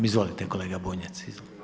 Izvolite kolega Bunjac.